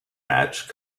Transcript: match